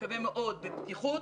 אני מקווה מאוד בפתיחות,